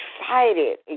excited